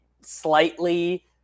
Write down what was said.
slightly